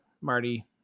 Marty